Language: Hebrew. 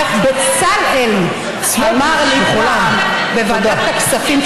איך בצלאל אמר לי פעם בוועדת הכספים,